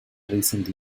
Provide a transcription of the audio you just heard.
recent